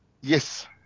yes